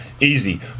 easy